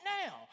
now